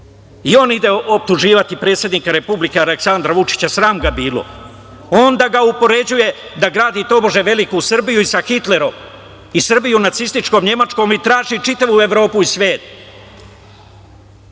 ide optuživati predsednika Republike, Aleksandra Vučića, sram ga bilo, on da ga upoređuje da gradi tobože Veliku Srbiju, i sa Hitlerom i Srbiju nacističkom Nemačkom, i traži čitavu Evropu i svet.